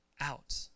out